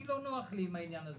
לא נוח לי עם העניין הזה,